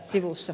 kiitos